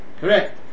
Correct